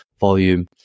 volume